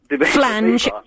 Flange